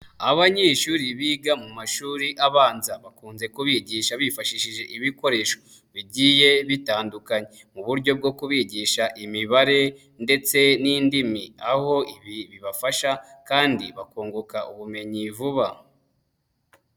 Abanyeshuri biga mu mashuri abanza bakunze kubigisha bifashishije ibikoresho bigiye bitandukanye, mu buryo bwo kubigisha imibare ndetse n'indimi, aho ibi bibafasha kandi bakunguka ubumenyi vuba.